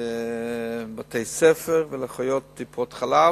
לבתי-ספר ולאחיות טיפות-חלב,